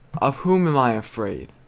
of whom am i afraid?